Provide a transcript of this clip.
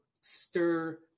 stir